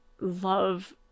love